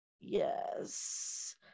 Yes